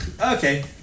okay